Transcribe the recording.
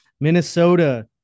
minnesota